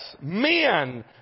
men